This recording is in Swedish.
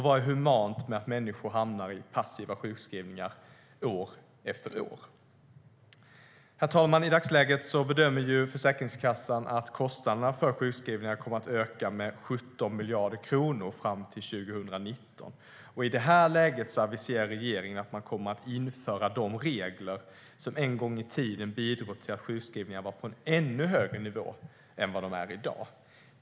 Vad är humant i att människor hamnar i passiva sjukskrivningar år efter år? Herr talman! I dagsläget bedömer Försäkringskassan att kostnaderna för sjukskrivningar kommer att öka med 17 miljarder kronor fram till 2019. I det läget aviserar regeringen att den kommer att införa de regler som en gång i tiden bidrog till att sjukskrivningarna var på en ännu högre nivå än vad de är i dag.